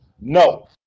No